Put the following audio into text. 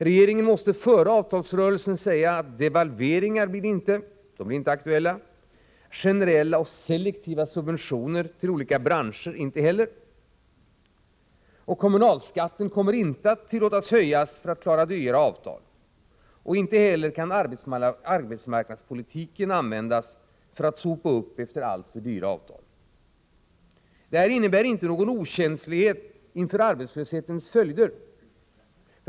Regeringen måste före avtalsrörelsen säga att det inte blir några devalveringar — de är inte aktuella — generella och selektiva subventioner till olika branscher är inte heller aktuella, och kommunalskatten kommer inte att tillåtas att höjas för att klara dyra avtal, och inte heller kan arbetsmarknadspolitiken användas för att sopa upp efter alltför dyra avtal. Det här innebär inte någon okänslighet inför arbetslöshetens följder.